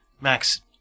Max